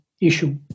issue